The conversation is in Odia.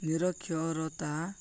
ନିରକ୍ଷରତା